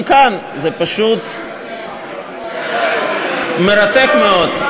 גם כאן, זה פשוט מרתק מאוד.